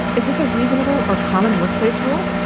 is this a reasonable or common workplace rule?